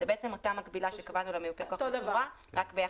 זה בעצם אותה מקבילה שקבענו למיופה הכוח, רק שכאן